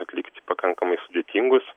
atlikt pakankamai sudėtingus